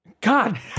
God